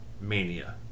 mania